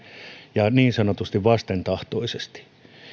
ja niin sanotusti vastentahtoisesti